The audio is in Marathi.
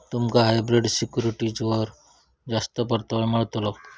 तुमका हायब्रिड सिक्युरिटीजवर जास्त परतावो मिळतलो